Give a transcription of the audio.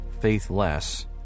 faithless